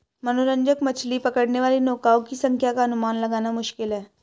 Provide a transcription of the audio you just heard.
मनोरंजक मछली पकड़ने वाली नौकाओं की संख्या का अनुमान लगाना मुश्किल है